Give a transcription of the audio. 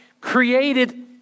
created